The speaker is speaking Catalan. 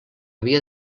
havia